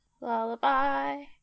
Lullaby